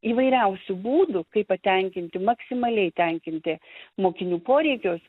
įvairiausių būdų kaip patenkinti maksimaliai tenkinti mokinių poreikius